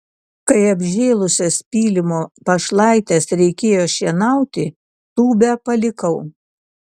kai apžėlusias pylimo pašlaites reikėjo šienauti tūbę palikau